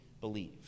believe